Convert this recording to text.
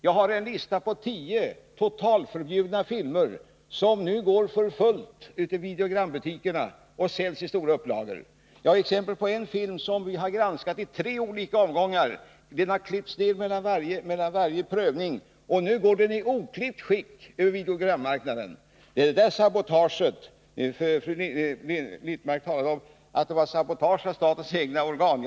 Jag har en lista på tio totalförbjudna filmer som nu går för fullt ute i videogrambutikerna och säljs i stora upplagor. Jag har som exempel en film som vi har granskat i tre olika omgångar. Den har klippts ner mellan varje prövning, men nu går den i oklippt skick över videogrammarknaden. Fru Littmarck talade om sabotage av statens egna organ.